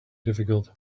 difficult